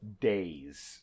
days